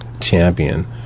champion